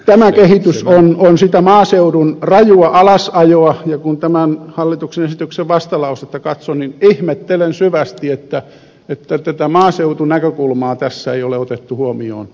tämä kehitys on sitä maaseudun rajua alasajoa ja kun tämän hallituksen esityksen vastalausetta katson niin ihmettelen syvästi että tätä maaseutunäkökulmaa tässä ei ole otettu huomioon ollenkaan